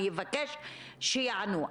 אבקש שיענו,